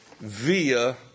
via